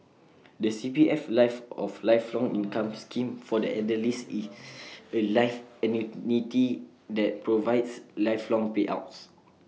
the CPF life or lifelong income scheme for the elderly is A life annuity that provides lifelong payouts